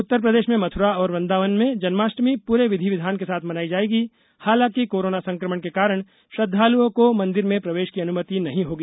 उत्तर प्रदेश में मंथुरा और वृंदावन में जनमाष्टमी पूरे विधि विधान के साथ मनाई जाएगी हालांकि कोरोना संक्रमण के कारण श्रद्वालुओं को मंदिरों में प्रवेश की अनुमति नहीं होगी